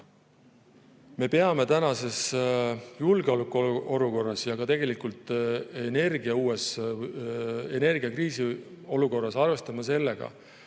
Me peame tänases julgeolekuolukorras ja tegelikult uues energiakriisiolukorras arvestama sellega,